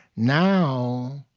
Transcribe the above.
now,